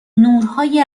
نورهای